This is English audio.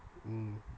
mm